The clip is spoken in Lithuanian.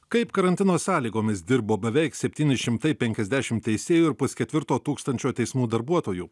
kaip karantino sąlygomis dirbo beveik septyni šimtai penkiasdešimt teisėjų ir pusketvirto tūkstančio teismų darbuotojų